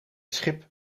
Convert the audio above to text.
schip